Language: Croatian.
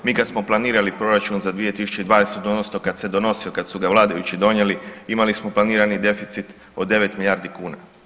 Mi kad smo planirali proračun za 2020. odnosno kad se donosio, kad su ga vladajući donijeli imali smo planirani deficit od 9 milijardi kuna.